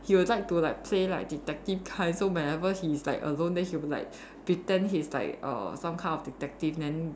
he would like to play like detective kind so whenever he is like alone then he would be like pretend he's like err some kind of detective then